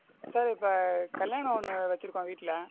sir இப்போ கல்யாணம் ஒன்று வைச்சிருக்கோம் வீட்டில்